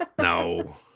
No